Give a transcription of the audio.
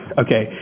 okay.